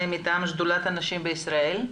שדולת הנשים בישראל.